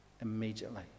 immediately